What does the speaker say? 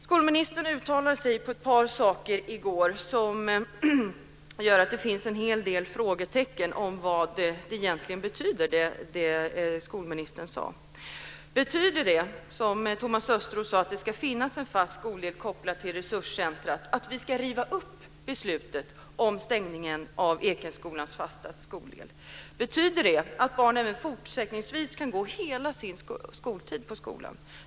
Skolministern uttalade sig om ett par saker i går som gör att det finns en hel del frågetecken om vad det han sade egentligen betyder. Betyder det som Thomas Östros sade om att det ska finnas en fast skoldel kopplad till resurscentret att vi ska riva upp beslutet om stängningen av Ekeskolans fasta skoldel? Betyder det att barn även fortsättningsvis kan gå hela sin skoltid på skolan?